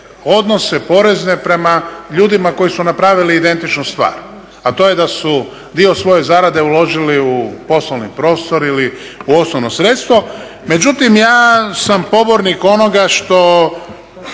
odnose porezne prema ljudima koji su napravili identičnu stvar a to je da su dio svoje zarade uložili u prostorni prostor ili u osnovno sredstva. Međutim, ja sam pobornik onoga što